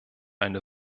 eine